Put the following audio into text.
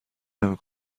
نمی